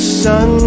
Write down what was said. sun